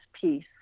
peace